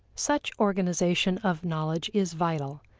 such organization of knowledge is vital,